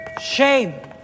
Shame